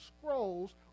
scrolls